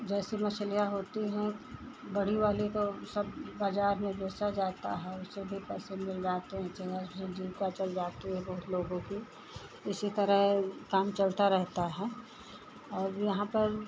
जैसी मछलियाँ होती हैं बड़ी वाली को सब बाज़ार में बेचा जाता है उससे भी पैसे मिल जाते हैं जीविका चल जाती है बहुत लोगों की इसी तरह काम चलता रहता है और यहाँ पर